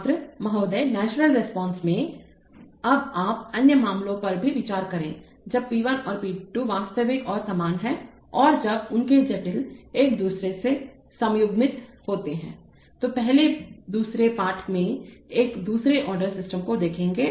छात्र महोदयनेचुरल रिस्पांस में अब आप अन्य मामलों पर भी विचार करें जब p 1 और p 2 वास्तविक और समान हैं और जब उनके जटिल एक दूसरे के संयुग्मित होते हैं तो हम पहले दूसरे पाठ में एक दूसरे आर्डर सिस्टम को देखेंगे